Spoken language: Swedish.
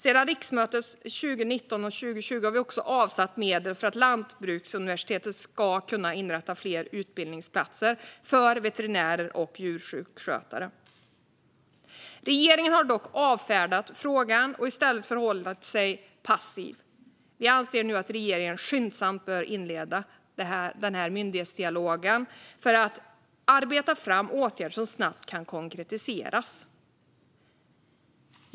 Sedan riksmötet 2019/20 har vi också avsatt medel för att lantbruksuniversitetet ska kunna inrätta fler utbildningsplatser för veterinärer och djursjukskötare. Regeringen har dock avfärdat frågan och i stället förhållit sig passiv. Vi anser nu att regeringen skyndsamt bör inleda en myndighetsdialog för att arbeta fram åtgärder som snabbt kan konkretiseras.